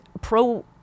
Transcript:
pro-